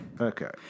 Okay